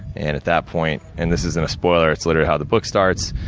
and, at that point and, this isn't a spoiler, it's literally how the book starts.